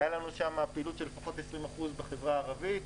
הייתה לנו שם פעילות של לפחות 20% בחברה הערבית,